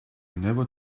never